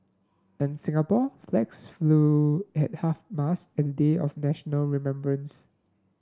in Singapore flags flew at half mast an day of national remembrance